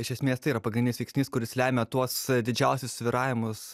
iš esmės tai yra pagrindinis veiksnys kuris lemia tuos didžiausius svyravimus